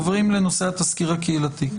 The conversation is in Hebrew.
עוברים לנושא התסקיר הקהילתי.